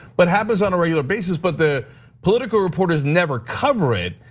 but happens on a regular basis. but the political reporters never cover it,